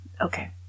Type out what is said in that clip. Okay